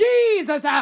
Jesus